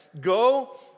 go